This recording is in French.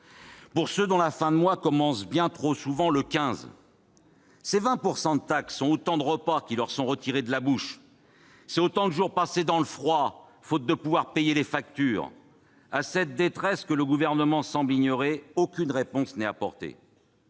Pour qui la fin du mois commence bien trop souvent le 15, ces 20 % de taxes, ce sont autant de repas qui leur sont retirés de la bouche, autant de jours passés dans le froid, faute de pouvoir payer les factures. À cette détresse que le Gouvernement semble ignorer, aucune réponse n'est apportée